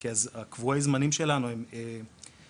כי קבועי הזמנים שלנו הם מפחידים.